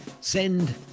send